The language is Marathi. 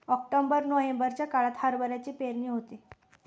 ऑक्टोबर नोव्हेंबरच्या काळात हरभऱ्याची पेरणी होते